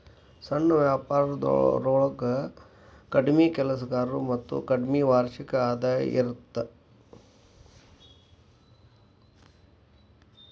ಸಣ್ಣ ವ್ಯಾಪಾರೊಳಗ ಕಡ್ಮಿ ಕೆಲಸಗಾರರು ಮತ್ತ ಕಡ್ಮಿ ವಾರ್ಷಿಕ ಆದಾಯ ಇರತ್ತ